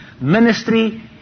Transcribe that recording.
ministry